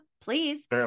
please